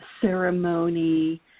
ceremony